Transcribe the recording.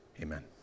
Amen